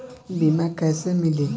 बीमा कैसे मिली?